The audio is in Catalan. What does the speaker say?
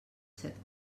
set